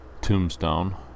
Tombstone